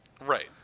Right